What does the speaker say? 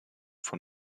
von